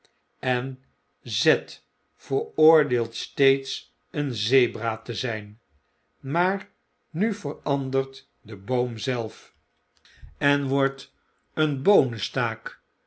en z veroordeeld steeds een zebra te zp maar nu verandert de boom zelf en wordt w